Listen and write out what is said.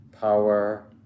power